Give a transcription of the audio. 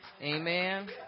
Amen